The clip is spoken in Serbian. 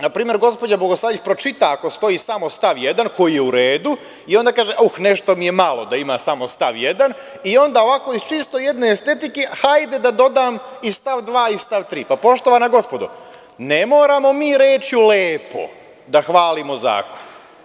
Na primer, gospođa Bogosavljević pročita ako stoji samo stav 1, koji je u redu, i onda kaže – uz nešto mi je malo da ima samo stav 1. i onda ovako iz čiste jedne estetike, hajde da dodam i stav 2. i stav 3. Poštovana gospodo, ne moramo mi rečju „lepo“ da hvalimo zakon.